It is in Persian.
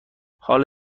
حال